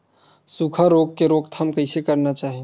सुखा रोग के रोकथाम कइसे करना चाही?